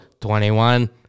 21